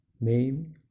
Name